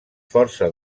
força